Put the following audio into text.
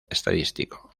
estadístico